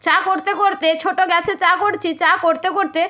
চা করতে করতে ছোটো গ্যাসে চা করছি চা করতে করতে